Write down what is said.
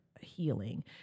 healing